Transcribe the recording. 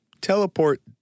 teleport